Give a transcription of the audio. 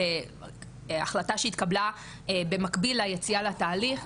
זו החלטה שהתקבלה במקביל ליציאה לתהליך,